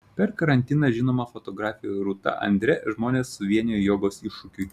per karantiną žinoma fotografė rūta andre žmones suvienijo jogos iššūkiui